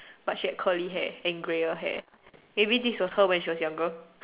but she had curly hair and grayer hair maybe this was her when she was younger